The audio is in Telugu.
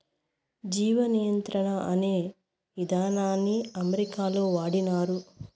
జీవ నియంత్రణ అనే ఇదానాన్ని అమెరికాలో వాడినారు